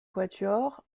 quatuor